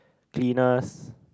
cleaners